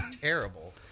Terrible